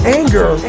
anger